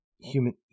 human